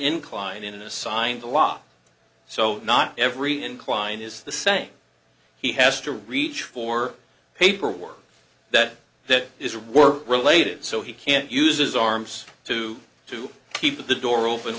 incline and assigned a lot so not every incline is the same he has to reach for paperwork that that is a work related so he can't use his arms to to keep the door open